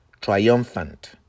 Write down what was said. triumphant